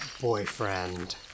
boyfriend